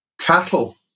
cattle